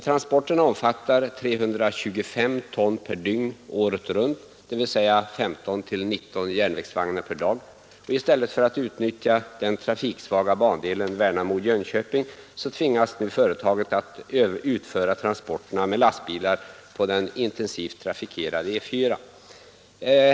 Transporterna omfattar 325 ton per dygn året runt, dvs. 15—19 järnvägsvagnar per dag, och i stället för att utnyttja den trafiksvaga bandelen Värnamo—Jönköping tvingas nu företaget att utföra transporterna med lastbil på den intensivt trafikerade E 4:an.